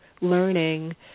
learning